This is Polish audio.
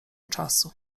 czasu